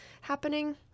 happening